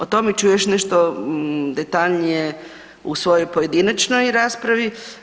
O tome ću još nešto detaljnije u svojoj pojedinačnoj raspravi.